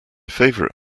favourite